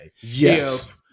Yes